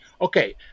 Okay